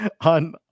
on